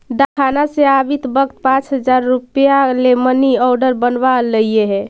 डाकखाना से आवित वक्त पाँच हजार रुपया ले मनी आर्डर बनवा लइहें